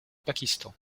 pakistan